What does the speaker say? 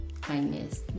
kindness